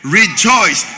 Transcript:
rejoice